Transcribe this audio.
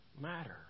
matter